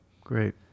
Great